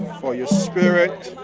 for your spirit,